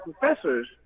professors